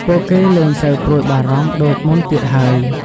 ពួកគេលែងសូវព្រួយបារម្ភដូចមុនទៀតហើយ។